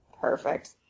Perfect